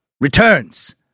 returns